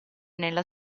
nella